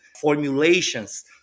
formulations